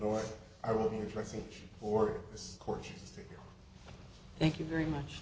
or of course thank you very much